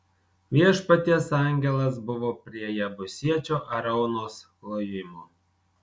viešpaties angelas buvo prie jebusiečio araunos klojimo